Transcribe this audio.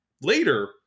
later